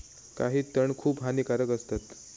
काही तण खूप हानिकारक असतत